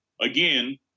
again